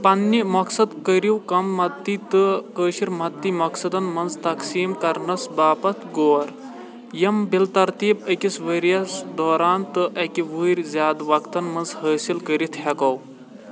پَنٕنہِ مقصد کٔرِو كم مدتی تہٕ كٲشِر مدتی مقصَدن منٛز تقسیٖم کَرنس باپتھ غور یِم بِلترتیٖب أكِس ؤرۍیَس دوران تہٕ اَكہِ ؤہرۍ زیادٕ وقتن منٛز حٲصِل كٔرِتھ ہیٚكِو